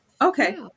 Okay